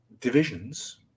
divisions